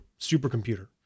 supercomputer